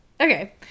Okay